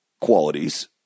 qualities